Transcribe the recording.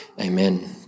Amen